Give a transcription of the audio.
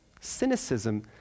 cynicism